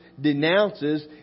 denounces